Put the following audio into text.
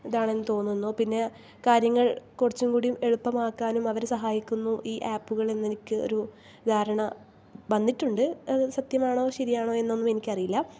ഇതാണെന്ന് തോന്നുന്നു പിന്നെ കാര്യങ്ങൾ കുറച്ചും കൂടി എളുപ്പമാക്കാനും അവരെ സഹായിക്കുന്നു ഈ ആപ്പുകളെന്ന് എനിക്കൊരു ധാരണ വന്നിട്ടുണ്ട് അത് സത്യമാണോ ശരിയാണോ എന്നൊന്നും എനിക്കറിയില്ല